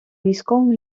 військовим